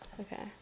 Okay